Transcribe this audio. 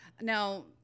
now